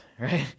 Right